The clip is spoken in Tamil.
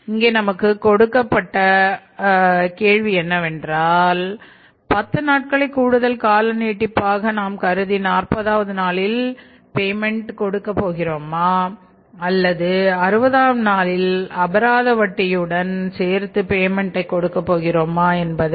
இங்கே நமக்கு கொடுக்கப்பட்ட உள்ள கேள்வி என்னவென்றால் பத்து நாட்களை கூடுதல் கால நீட்டிப் ஆக நாம் கருதி நாற்பதாவது நாளில் பேமெண்டை